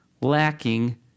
lacking